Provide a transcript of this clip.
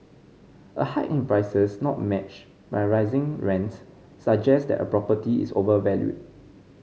a hike in prices not matched by rising rents suggest that a property is overvalued